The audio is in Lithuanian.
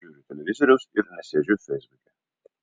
nežiūriu televizoriaus ir nesėdžiu feisbuke